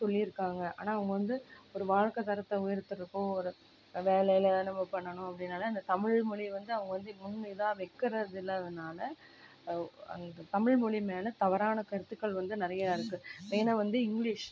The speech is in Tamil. சொல்லியிருக்காங்க ஆனால் அவங்க வந்து ஒரு வாழ்க்கை தரத்தை உயர்த்தறதுக்கோ ஒரு வேலையில் நம்ப பண்ணனும் அப்படின்னாலே அந்த தமிழ் மொழி வந்து அவங்க வந்து முன் இதாக வைக்கிறது இல்லாததினால அந்த தமிழ் மொழியின் மேல் தவறான கருத்துக்கள் வந்து நிறையா இருக்குது மெயினாக வந்து இங்கிலிஷ்